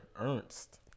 Ernst